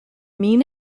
mean